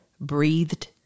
breathed